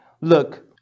Look